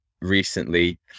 recently